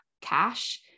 cash